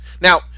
Now